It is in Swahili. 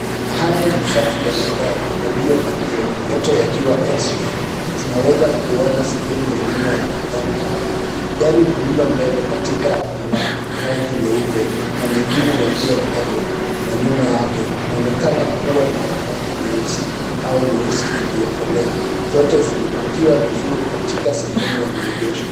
Haya ni safu ya magari yaliyo park . Tunaweza kuona sahemu ya nyuma ya magari haya. Gari lililo mbele katika lina rangi nyeupe na mengine yaliyo mbele na nyuma yake yanaonekana kuwa na gari nyeusi au nyeusi iliyokolea. Zote zime park vizuri katika sehemu ya maegesho.